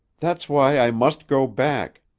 that's why i must go back.